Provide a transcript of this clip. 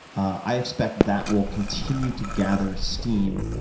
i expect that will continue to gather steam,